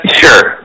sure